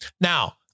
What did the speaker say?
Now